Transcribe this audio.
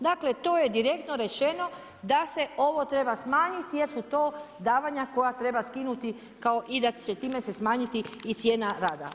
Dakle, to je direktno rečeno, da se ovo treba smanjiti jer su to davanja koja treba skinuti kao i da će time se smanjiti i cijena rada.